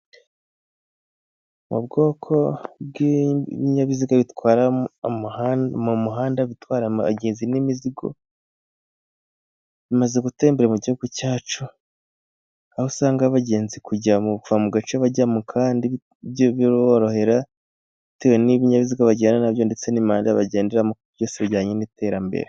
Mu bwoko bw'ibinyabiziga bitwara mu muhanda bitwara abagenzi n'imizigo, bimaze gutera imbera mu gihugu cyacu, aho usanga abagenzi kuva mu gace bajya mu kandi biborohera, bitewe n'ibinyabiziga bajyana nabyo ndetse n'imihanda bagenderamo ,byose bijyanye n'iterambere.